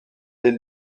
les